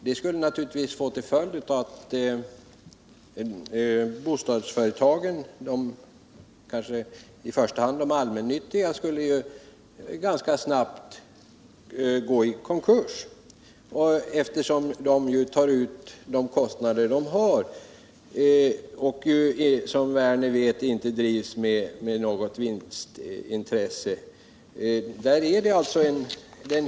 Det skulle naturligtvis få till följd att bostadsföretagen, i första hand de allmännyttiga, ganska snabbt skulle gå i konkurs, eftersom de ju tar ut de kostnader de har och, som Lars Werner vet, inte drivs med något vinstinstresse.